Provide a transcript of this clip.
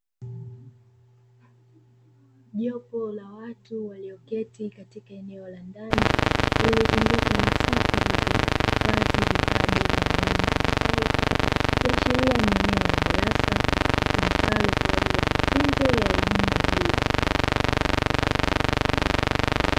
Jopo la watu walioketi katika eneo la ndani, lililozungukwa na safu zilizo hifadhi vitabu vya aina mbalimbali, ikiashiria ni eneo la darasa litumikalo kwa ajili ya mafunzo ya elimu ya juu.